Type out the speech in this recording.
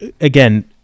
again